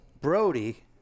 Brody